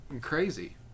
crazy